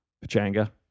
Pachanga